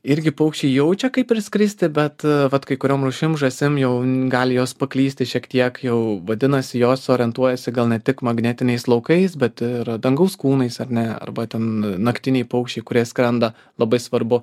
irgi paukščiai jaučia kaip parskristi bet vat kai kuriom rūšim žąsim jau gali jos paklysti šiek tiek jau vadinasi jos orientuojasi gal ne tik magnetiniais laukais bet ir dangaus kūnais ar ne arba ten naktiniai paukščiai kurie skrenda labai svarbu